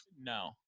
No